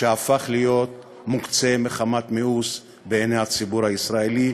שהפך להיות מוקצה מחמת מיאוס בעיני הציבור הישראלי,